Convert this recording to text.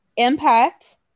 impact